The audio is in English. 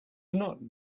not